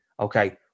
okay